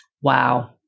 Wow